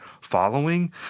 following